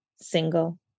single